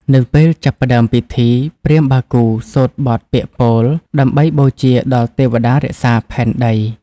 នៅពេលចាប់ផ្ដើមពិធី ព្រាហ្មណ៍បាគូសូត្របទពាក្យពោល ដើម្បីបូជាដល់ទេវតារក្សាផែនដី។